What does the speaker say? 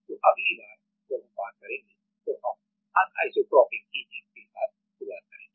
तो अगली बार जब हम बात करेंगे तो हम अनिसोट्रोपिक ईचिंगanisotropic etching के साथ शुरुआत करेंगे